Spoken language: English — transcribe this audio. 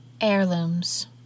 heirlooms